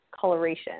coloration